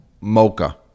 mocha